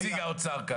מי נציג האוצר כאן?